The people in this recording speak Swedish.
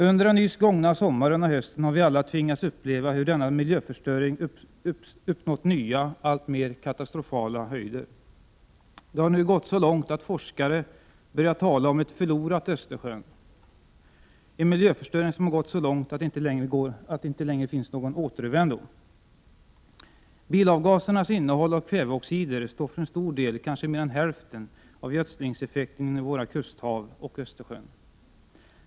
Under den nyss gångna sommaren och hösten har vi alla tvingats uppleva hur denna miljöförstöring uppnått nya, alltmer katastrofala höjder. Det har nu gått så långt att forskare börjat tala om en förlorad Östersjön, en miljöförstöring som har gått så långt att det inte längre finns någon återvändo. Bilavgasernas innehåll av kväveoxider står för en stor del, kanske mer än hälften, av gödslingseffekten i våra kusthav och Östersjön.